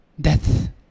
death